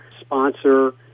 sponsor